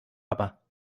aber